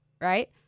right